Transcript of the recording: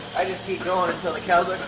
i just keep going until the cows